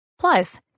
Plus